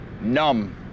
numb